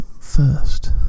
first